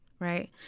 Right